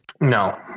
No